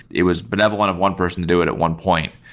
it was benevolent of one person to do it at one point,